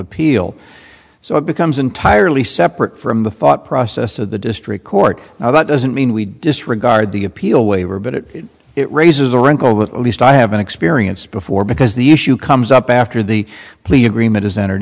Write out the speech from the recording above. appeal so it becomes entirely separate from the thought process of the district court now that doesn't mean we disregard the appeal waiver but it raises a wrinkle with at least i haven't experienced before because the issue comes up after the plea agreement is entered